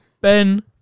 Ben